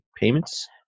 payments